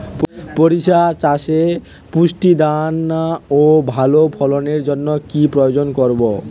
শরিষা চাষে পুষ্ট দানা ও ভালো ফলনের জন্য কি প্রয়োগ করব?